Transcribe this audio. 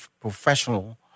professional